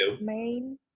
Main